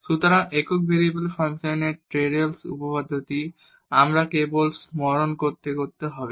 সুতরাং একক ভেরিয়েবলের ফাংশনের টেইলরস উপপাদ্যটি আমাদের কেবল স্মরণ করতে হবে